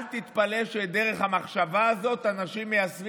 אל תתפלא שאת דרך המחשבה הזאת אנשים מיישמים